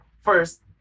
first